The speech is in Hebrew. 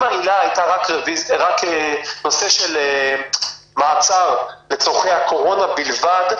אם העילה היתה רק נושא של מעצר לצרכי הקורונה בלבד,